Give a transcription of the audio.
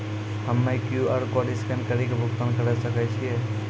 हम्मय QR code scan कड़ी के भुगतान करें सकय छियै?